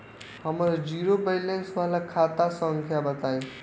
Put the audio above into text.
हमर zero balance वाला खाता संख्या बताई?